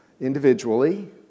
individually